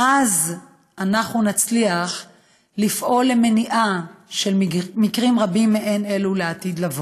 אנחנו נצליח לפעול למניעת מקרים רבים מעין אלו בעתיד.